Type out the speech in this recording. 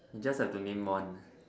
you just have to name one